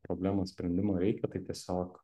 problemos sprendimo reikia tai tiesiog